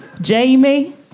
Jamie